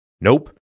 Nope